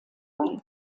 bei